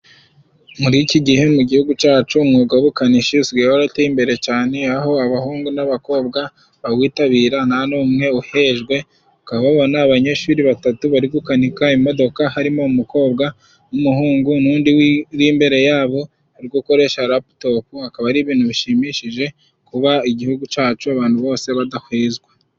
Muri iki gihe mu gihugu cyacu umwuga w’ubukanishi， usigaye warateye imbere cyane， aho abahungu n'abakobwa bawitabira nta n'umwe uhejwe， Ukaba ubona abanyeshuri batatu bari gukanika imodoka，harimo umukobwa n'umuhungu n'undi uri imbere yabo，uri gukoresha raputopu， akaba ari ibintu bishimishije kuba igihugu cacu abantu bose badahwezwa.